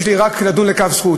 יש לי רק לדון לכף זכות.